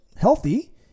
healthy